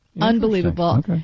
Unbelievable